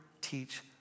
teach